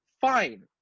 fine